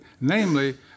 namely